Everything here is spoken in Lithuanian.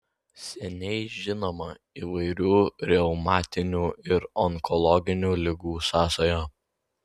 seniai žinoma įvairių reumatinių ir onkologinių ligų sąsaja